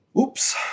Oops